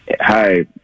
Hi